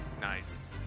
nice